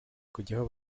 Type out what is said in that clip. kujyaho